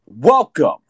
Welcome